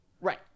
right